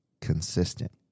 Consistent